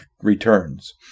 returns